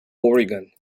oregon